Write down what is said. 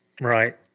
Right